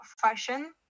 fashion